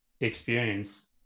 experience